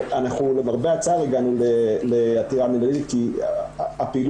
אנחנו למרבה הצער הגענו לעתירה מינהלית כי הפעילות